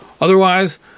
Otherwise